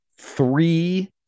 three